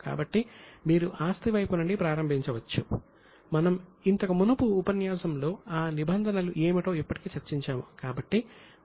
కాబట్టి మీరు ఆస్తి వైపు నుండి ప్రారంభించవచ్చు మనం ఇంతకు మునుపు ఉపన్యాసంలో ఆ నిబంధనలు ఏమిటో ఇప్పటికే చర్చించాము